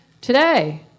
today